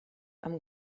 amb